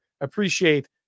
appreciate